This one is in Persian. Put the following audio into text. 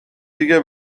دیگه